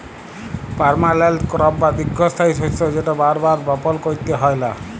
permanent crop বা দীঘ্ঘস্থায়ী শস্য যেট বার বার বপল ক্যইরতে হ্যয় লা